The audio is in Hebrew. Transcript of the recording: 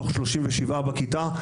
מתוך 37 תלמידים בכיתה,